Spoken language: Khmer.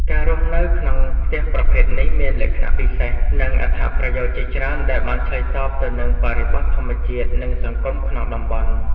ការរស់នៅក្នុងផ្ទះប្រភេទនេះមានលក្ខណៈពិសេស និងអត្ថប្រយោជន៍ជាច្រើនដែលបានឆ្លើយតបទៅនឹងបរិបទធម្មជាតិ និងសង្គមក្នុងតំបន់ ។